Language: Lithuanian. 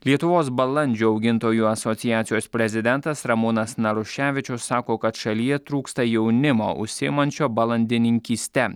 lietuvos balandžių augintojų asociacijos prezidentas ramūnas naruševičius sako kad šalyje trūksta jaunimo užsiimančio balandininkyste